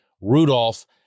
Rudolph